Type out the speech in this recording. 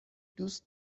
دوست